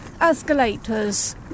escalators